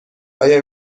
آیا